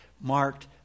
marked